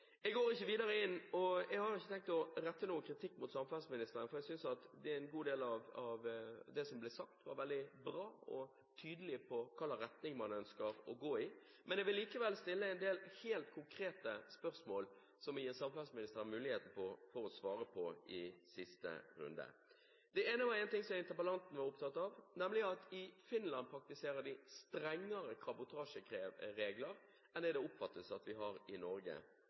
Jeg går ikke videre inn på dette. Jeg har ikke tenkt å rette noen kritikk mot samferdselsministeren. Jeg synes en god del av det som ble sagt, var veldig bra. Man var tydelig på hva slags retning man ønsker å gå i. Jeg vil likevel stille en del helt konkrete spørsmål, som samferdselsministeren har mulighet til å svare på i siste runde. Det ene gjelder noe som interpellanten var opptatt av, nemlig at man i Finland praktiserer strengere kabotasjeregler enn det det oppfattes at vi har i Norge.